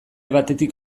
batetik